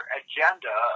agenda